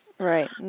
Right